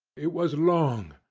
it was long,